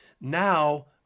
Now